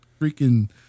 freaking